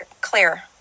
clear